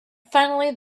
finally